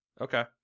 Okay